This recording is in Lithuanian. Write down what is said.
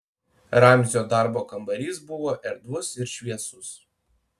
ramzio darbo kambarys buvo erdvus ir šviesus